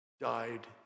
died